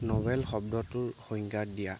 novel শব্দটোৰ সংজ্ঞা দিয়া